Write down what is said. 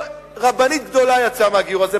רבנית גדולה יצאה מהגיור הזה,